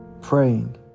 praying